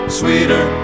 sweeter